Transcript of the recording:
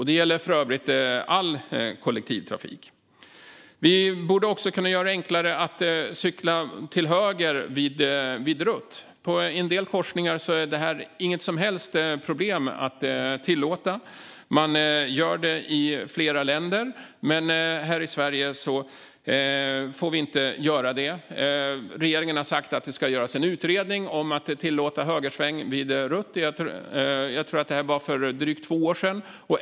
Det gäller för övrigt all kollektivtrafik. Vi borde göra det enklare att cykla höger vid rött. I en del korsningar vore detta inget som helst problem att tillåta. Man gör det i flera länder, men här i Sverige får vi inte göra det. Regeringen har sagt att det ska göras en utredning av möjligheten att tillåta högersväng vid rött - jag tror att det var för drygt två år sedan.